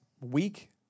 week